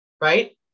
right